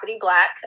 Black